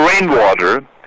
rainwater